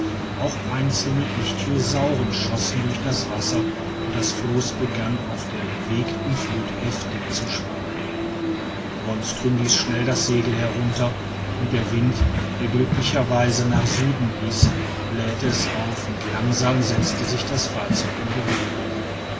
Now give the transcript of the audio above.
auch einzelne ichtyosauren schossen durch das wasser und das floß begann auf der bewegten flut heftig zu schwanken wonström ließ schnell das segel herunter und der wind der glücklicher weise nach süden blies blähte es auf und langsam setzte sich das fahrzeug in bewegung